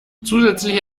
zusätzlich